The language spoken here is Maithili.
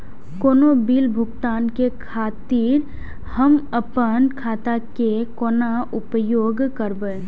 कोनो बील भुगतान के खातिर हम आपन खाता के कोना उपयोग करबै?